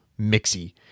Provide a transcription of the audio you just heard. mixy